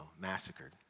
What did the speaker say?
massacred